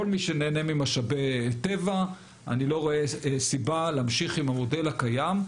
אני לא רואה סיבה להמשיך עם המודל הקיים.